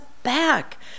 Back